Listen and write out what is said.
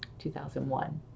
2001